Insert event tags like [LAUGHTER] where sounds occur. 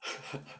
[LAUGHS]